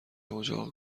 اجاق